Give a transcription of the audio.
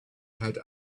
had